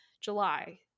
july